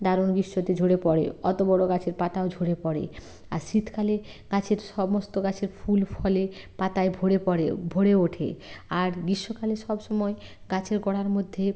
দারুণ গ্রীষ্মতে ঝরে পড়ে অত বড় গাছের পাতাও ঝরে পড়ে আর শীতকালে গাছের সমস্ত গাছের ফুল ফলে পাতায় ভরে পড়ে ভরে ওঠে আর গ্রীষ্মকালে সবসময় গাছের গোড়ার মধ্যে